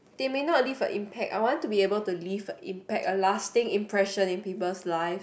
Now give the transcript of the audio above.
they may not leave an impact I want to able to leave an impact a lasting impression in people's life